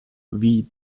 wie